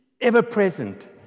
ever-present